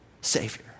savior